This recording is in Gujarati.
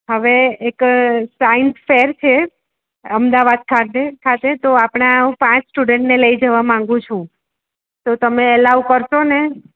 હવે એક સાઇન્સ ફેર છે અમદાવાદ ખાતે તો આપણા પાંચ સ્ટુડન્ટને લઈ જવા માગું છું તો તમે એલાઉ કરશો ને